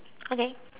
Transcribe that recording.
okay